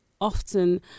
often